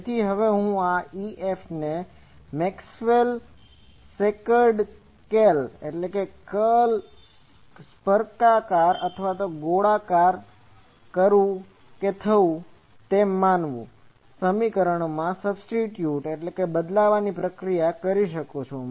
તેથી હવે હું આ EF ને મેક્સવેલના સેકંડ કર્લCurlસર્પાકાર કે ગોળાકાર કરવું કે થવું સમીકરણમાં સબ્સટીટ્યુટSubstituteબદલવાની પ્રક્રિયા કરી શકું છું